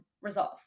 resolve